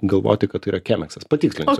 galvoti kad tai yra kemeksas patikslinsiu